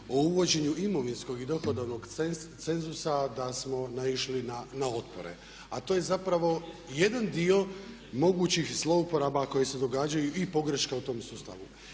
o uvođenju imovinskog i dohodovnog cenzusa da smo naišli na otpore. A to je zapravo jedan dio mogućih zlouporaba koji se događaju i pogreška u tom sustavu.